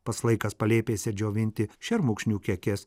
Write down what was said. pats laikas palėpėse džiovinti šermukšnių kekes